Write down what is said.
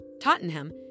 Tottenham